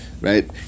Right